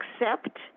accept